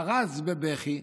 פרץ בבכי,